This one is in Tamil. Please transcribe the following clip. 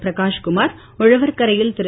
பிரகாஷ்குமார் உழவர்கரையில் திரு